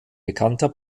bekannter